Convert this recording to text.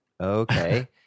Okay